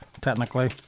technically